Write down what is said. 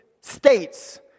states